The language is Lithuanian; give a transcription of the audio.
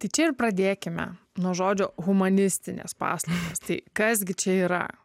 tai čia ir pradėkime nuo žodžio humanistinės paslaugos tai kas gi čia yra